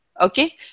okay